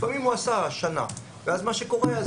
לפעמים הוא עשה שנה ואז מה שקורה זה